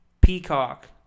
Peacock